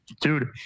dude